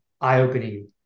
eye-opening